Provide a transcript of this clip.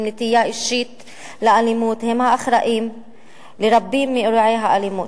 נטייה אישית לאלימות הם האחראים לרבים מאירועי האלימות.